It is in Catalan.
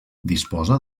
disposa